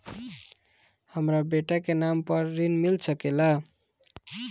हमरा बेटा के नाम पर ऋण मिल सकेला?